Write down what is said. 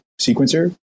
sequencer